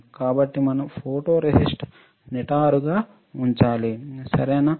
కాబట్టి మనం ఫోటోరేసిస్ట్ నిటారుగా ఉంచాలి సరేన